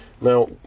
Now